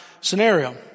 scenario